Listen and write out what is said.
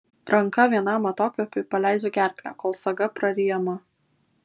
ranka vienam atokvėpiui paleidžia gerklę kol saga praryjama